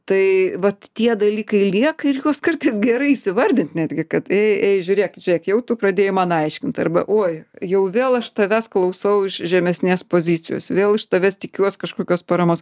tai vat tie dalykai lieka ir juos kartais gerai įsivardyt netgi kad žiūrėk žėk jau tu pradėjai man aiškint arba oi jau vėl aš tavęs klausau iš žemesnės pozicijos vėl iš tavęs tikiuos kažkokios paramos